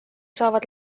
saavad